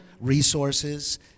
resources